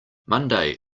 monday